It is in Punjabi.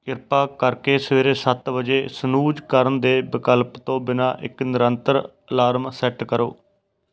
ਕਿਰਪਾ ਕਰਕੇ ਸਵੇਰੇ ਸੱਤ ਵਜੇ ਸਨੂਜ ਕਰਨ ਦੇ ਵਿਕਲਪ ਤੋਂ ਬਿਨਾਂ ਇੱਕ ਨਿਰੰਤਰ ਅਲਾਰਮ ਸੈੱਟ ਕਰੋ